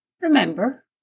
Remember